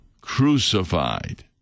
crucified